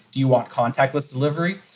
do you want contact list delivery?